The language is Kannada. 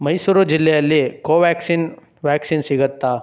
ಮೈಸೂರು ಜಿಲ್ಲೆಯಲ್ಲಿ ಕೋವ್ಯಾಕ್ಸಿನ್ ವ್ಯಾಕ್ಸಿನ್ ಸಿಗುತ್ತಾ